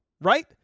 right